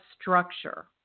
structure